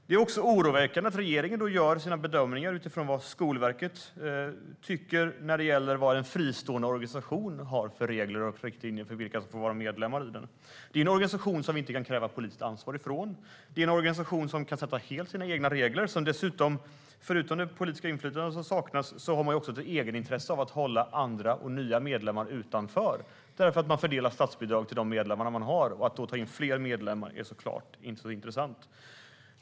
Det är oroväckande att regeringen gör sina bedömningar utifrån vad Skolverket tycker när det gäller vad en fristående organisation har för regler och riktlinjer för vilka som får vara medlemmar i den. Det är en organisation som vi inte kan kräva politiskt ansvar av. Det är en organisation som helt kan sätta upp sina egna regler. Förutom att det politiska inflytandet saknas har man dessutom ett egenintresse av att hålla andra och nya medlemmar utanför eftersom man fördelar statsbidrag till de medlemmar man har, och att då ta in fler medlemmar är såklart inte intressant.